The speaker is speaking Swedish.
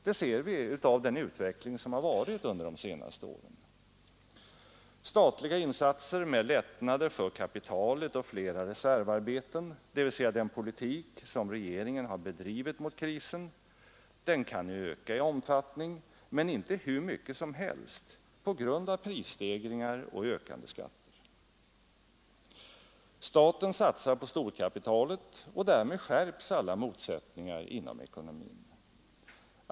Det ser vi av utvecklingen under de senaste åren. Statliga insatser med lättnader för kapitalet och flera reservarbeten, dvs. den politik regeringen bedrivit mot krisen, kan öka i omfattning men inte hur mycket som helst på grund av prisstegringar och ökande skatter. Staten satsar på storkapitalet, och därmed skärps alla motsättningar inom ekonomin.